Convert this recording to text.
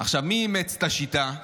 מי אימץ את השיטה?